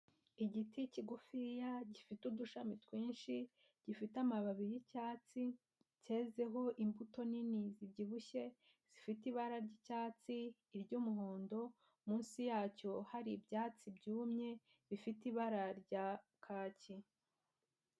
Igiti kigufiya gifite udushami twinshi, gifite amababi y'icyatsi, cyezeho imbuto nini zibyibushye zifite ibara ry'icyatsi, iry'umuhondo; munsi yacyo hari ibyatsi byumye bifite ibara rya kaki.